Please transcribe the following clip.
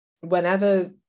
whenever